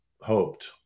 hoped